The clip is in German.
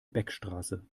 beckstraße